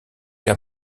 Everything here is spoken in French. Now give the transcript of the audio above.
qu’à